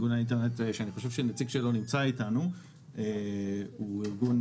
אני חושב שנציג איגוד האינטרנט נמצא איתנו הארגון הוא ארגון